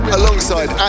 alongside